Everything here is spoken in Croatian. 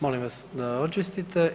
Molim vas da očistite.